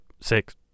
six